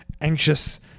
anxious